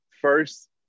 first